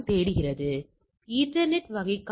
வலது புறத்தில் மேல் எல்லையும் கூட